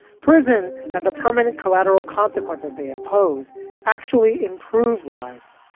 prison and the permanent collateral consequences they impose actually improve lives